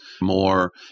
more